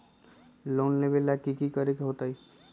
Loan लेबे ला की कि करे के होतई?